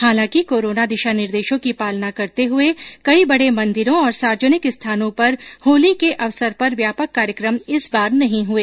हालांकि कोरोना दिशा निर्देशों की पालना करते हुए कई बड़े मंदिरों और सार्वजनिक स्थानों पर होली के अवसर पर व्यापक कार्यक्रम इस बार नहीं हुए